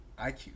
IQ